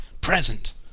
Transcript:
present